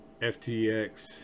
FTX